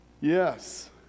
Yes